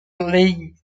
league